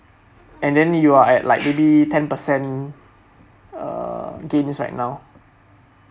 and then you are at like maybe ten percent uh gains right now